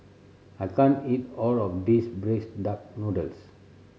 I can't eat all of this braised duck noodles